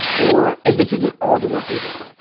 or and this isn't all the work they do,